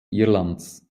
irlands